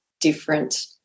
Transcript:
different